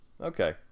okay